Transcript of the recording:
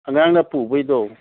ꯑꯉꯥꯡꯅ ꯄꯨꯕꯒꯤꯗꯣ